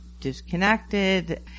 disconnected